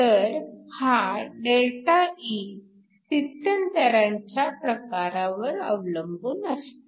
तर हा ΔE स्थित्यंतरांच्या प्रकारावर अवलंबून असते